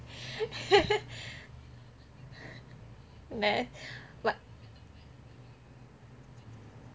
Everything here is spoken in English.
what